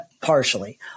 partially